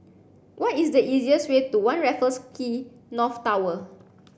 what is the easiest way to One Raffles Quay North Tower